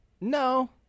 No